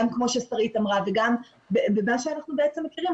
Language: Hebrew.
גם כמו ששרית אמרה וגם ממה שאנחנו מכירים.